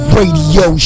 Radio